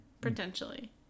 potentially